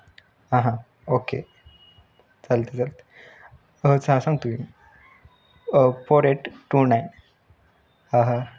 हां हां ओके चालते चालते स हां सांगतो की फोर एट टू नाईन हा हा